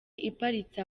iparitse